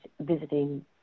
visiting